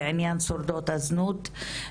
בעניין שורדות הזנות,